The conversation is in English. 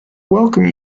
welcome